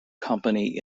company